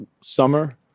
summer